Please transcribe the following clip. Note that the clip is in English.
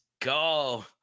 go